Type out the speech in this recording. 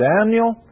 Daniel